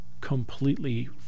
completely